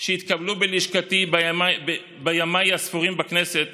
שהתקבלו בלשכתי בימיי הספורים בכנסת